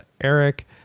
Eric